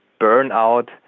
burnout